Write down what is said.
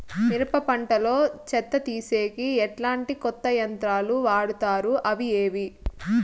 మిరప పంట లో చెత్త తీసేకి ఎట్లాంటి కొత్త యంత్రాలు వాడుతారు అవి ఏవి?